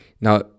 Now